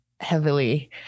heavily